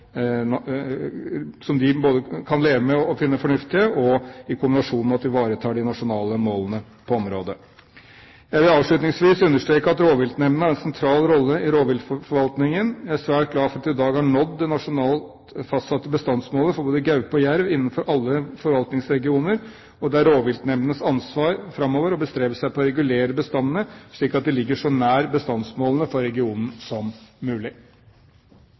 finne fornuftige, i kombinasjon med at en ivaretar de nasjonale målene på området. Jeg vil avslutningsvis understreke at rovviltnemndene har en sentral rolle i rovviltforvaltningen. Jeg er svært glad for at vi i dag har nådd det nasjonalt fastsatte bestandsmålet for både gaupe og jerv innenfor alle forvaltningsregioner, og det er rovviltnemndenes ansvar framover å bestrebe seg på å regulere bestandene slik at de ligger så nær bestandsmålene for regionen som mulig.